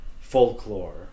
folklore